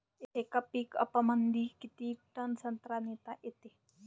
येका पिकअपमंदी किती टन संत्रा नेता येते?